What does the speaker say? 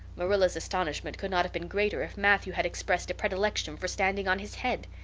marilla's astonishment could not have been greater if matthew had expressed a predilection for standing on his head.